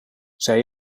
zij